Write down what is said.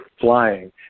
flying